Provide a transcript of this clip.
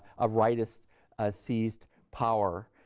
of rightists ah seized power